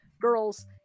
girls